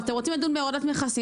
אתם רוצים לדון בהורדת מכסים,